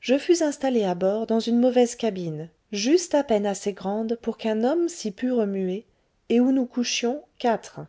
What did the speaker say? je fus installé à bord dans une mauvaise cabine juste à peine assez grande pour qu'un homme s'y put remuer et où nous couchions quatre